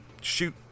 shoot